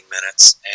minutes